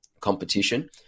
competition